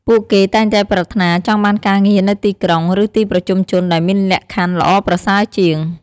ពួកគេតែងតែប្រាថ្នាចង់បានការងារនៅទីក្រុង ឬទីប្រជុំជនដែលមានលក្ខខណ្ឌល្អប្រសើរជាង។